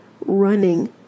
running